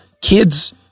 kids